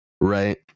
right